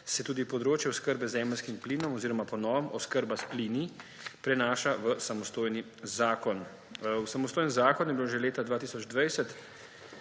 tudi področje oskrbe z zemeljskim plinom oziroma po novem oskrba s plini prenaša v samostojni zakon. V samostojni zakon je bilo že leta 2020